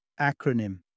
acronym